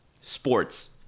sports